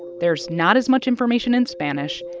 there's not as much information in spanish.